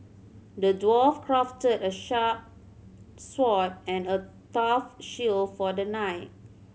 the dwarf crafted a sharp sword and a tough shield for the knight